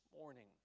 morning